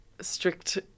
strict